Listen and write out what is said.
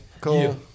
cool